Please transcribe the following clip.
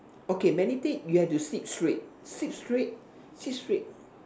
okay mediate you have to sit straight sit straight sit straight